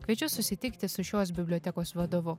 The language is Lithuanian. kviečiu susitikti su šios bibliotekos vadovu